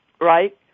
right